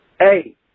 eight